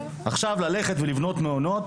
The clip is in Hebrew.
עכשיו ללכת לבנות מעונות,